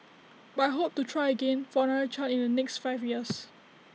but I hope to try again for another child in the next five years